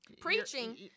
preaching